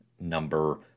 Number